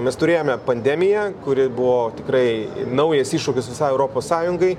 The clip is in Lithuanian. mes turėjome pandemiją kuri buvo tikrai naujas iššūkis visai europos sąjungai